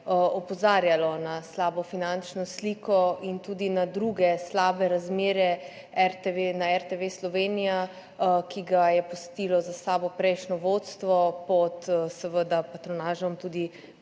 opozarjala na slabo finančno sliko in tudi na druge slabe razmere na RTV Slovenija, ki jih je pustilo za sabo prejšnje vodstvo pod patronažo tudi